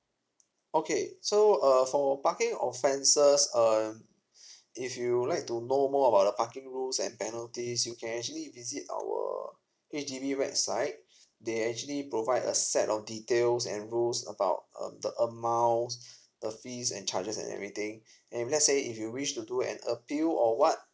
okay so uh for parking offenses um if you would like to know more about the parking rules and penalties you can actually visit our H_D_B website they actually provide a set of details and rules about um the amounts the fees and charges and everything and let's say if you wish to do an a bill or what